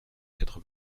quatre